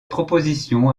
proposition